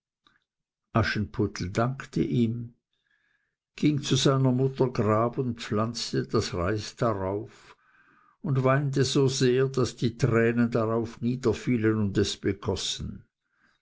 aschenputtel dankte ihm ging zu seiner mutter grab und pflanzte das reis darauf und weinte so sehr daß die tränen darauf niederfielen und es begossen